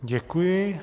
Děkuji.